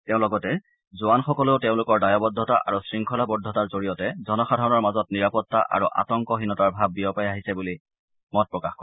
তেওঁ লগতে জোৱানসকলেও তেওঁলোকৰ দায়বদ্ধতা আৰু শৃংখলাবদ্ধতাৰ জৰিয়তে জনসাধাৰণৰ মাজত নিৰাপত্তা আৰু আতংকহীনতাৰ ভাব বিয়পাই আহিছে বুলি মত প্ৰকাশ কৰে